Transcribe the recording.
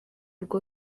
rwo